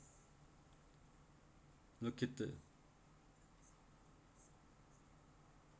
look at the